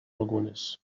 algunes